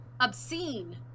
obscene